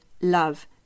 love